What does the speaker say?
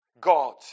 God